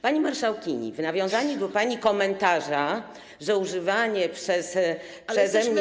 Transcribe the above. Pani marszałkini, w nawiązaniu do pani komentarza, że używanie przeze mnie.